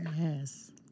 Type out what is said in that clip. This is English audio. Yes